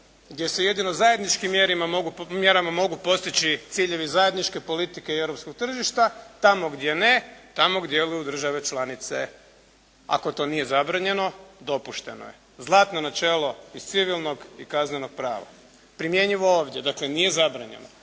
gdje se jedino zajedničkim mjerama mogu postići ciljevi zajedničke politike i europskog tržišta. Tamo gdje ne, tamo djeluju države članice. Ako to nije zabranjeno, dopušteno je. Zlatno načelo iz civilnog i kaznenog prava primjenjivo ovdje. Dakle, nije zabranjeno,